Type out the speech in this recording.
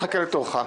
חכה לתורך.